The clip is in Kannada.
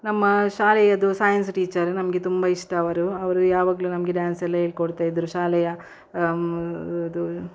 ನಮ್ಮ ಶಾಲೆಯದು ಸಾಯ್ನ್ಸ್ ಟೀಚರ್ ನಮಗೆ ತುಂಬ ಇಷ್ಟ ಅವರು ಅವರು ಯಾವಾಗಲೂ ನಮಗೆ ಡ್ಯಾನ್ಸ್ ಎಲ್ಲ ಹೇಳ್ಕೊಡ್ತಾ ಇದ್ದರು ಶಾಲೆಯ ಅದು